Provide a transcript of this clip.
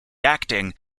acting